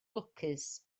lwcus